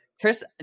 chris